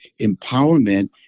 empowerment